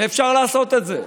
אפשר לעשות את זה.